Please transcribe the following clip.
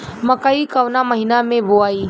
मकई कवना महीना मे बोआइ?